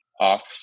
off